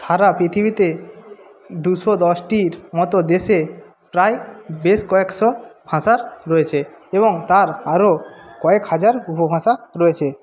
সারা পৃথিবীতে দুশো দশটির মতো দেশে প্রায় বেশ কয়েকশো ভাষা রয়েছে এবং তার আরো কয়েক হাজার উপভাষা রয়েছে